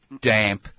damp